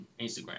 Instagram